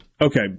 Okay